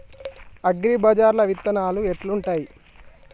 అగ్రిబజార్ల విత్తనాలు ఎట్లుంటయ్?